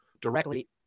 directly